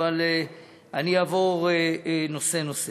אבל אני אעבור נושא-נושא.